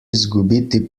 izgubiti